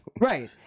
right